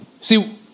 See